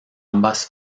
ambas